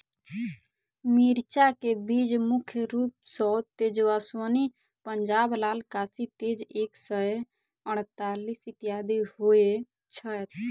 मिर्चा केँ बीज मुख्य रूप सँ तेजस्वनी, पंजाब लाल, काशी तेज एक सै अड़तालीस, इत्यादि होए छैथ?